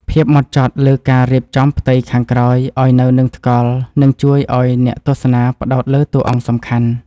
ភាពម៉ត់ចត់លើការរៀបចំផ្ទៃខាងក្រោយឱ្យនៅនឹងថ្កល់នឹងជួយឱ្យអ្នកទស្សនាផ្ដោតលើតួអង្គសំខាន់។